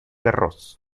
garros